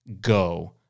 go